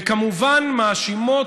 וכמובן מאשימות,